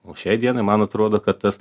o šiai dienai man atrodo kad tas